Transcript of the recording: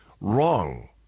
wrong